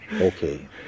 Okay